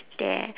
there